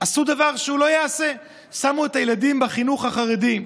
עשו דבר שלא ייעשה: שמו את הילדים בחינוך החרדי.